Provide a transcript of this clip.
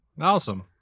Awesome